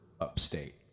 upstate